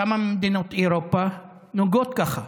כמה ממדינות אירופה נוהגות כך,